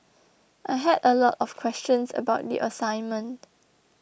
I had a lot of questions about the assignment